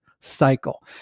cycle